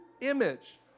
image